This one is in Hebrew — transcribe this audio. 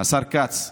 השר כץ.